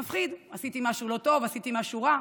זה מפחיד: עשיתי משהו לא טוב, עשיתי משהו רע.